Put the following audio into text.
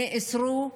נאסרו,